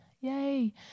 Yay